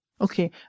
Okay